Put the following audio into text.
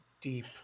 deep